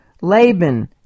Laban